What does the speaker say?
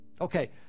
Okay